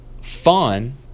fun